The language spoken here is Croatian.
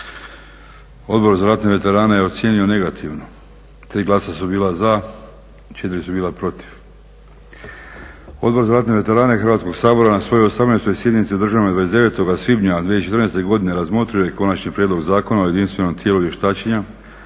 Odbor za ratne veterane je ocijenio negativno. Tri glasa su bila za, četiri su bila protiv. Odbor za ratne veterane Hrvatskog sabora na svojoj 18. sjednici održanoj 29. svibnja 2014. godine razmotrio je Konačni prijedlog Zakona o jedinstvenom tijelu vještačenja